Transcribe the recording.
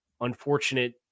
unfortunate